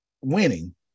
winning